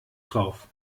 drauf